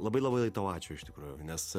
labai labai tau ačiū iš tikrųjų nes